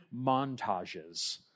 montages